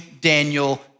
Daniel